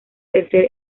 tercer